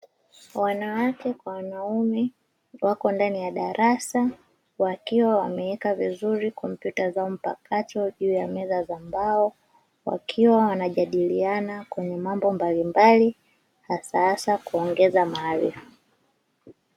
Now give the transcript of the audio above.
Wanawake kwa wanaume wapo ndani ya darasa wakiwa wameweka vizuri kompyuta zao mpakato juu ya meza za mbao, wakiwa wanajadiliana kwenye mambo mbalimbali hasahasa kuongeza maarifa.